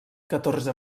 catorze